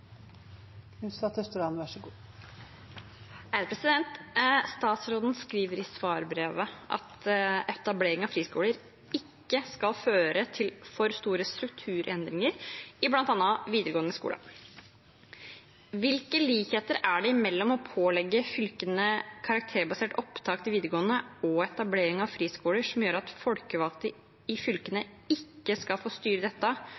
Statsråden skriver i svarbrevet at etablering av friskoler ikke skal føre til for store strukturendringer i bl.a. videregående skole. Hvilke likheter er det mellom å pålegge fylkene karakterbasert opptak til videregående og etablering av friskoler som gjør at folkevalgte i fylkene ikke skal få styre dette,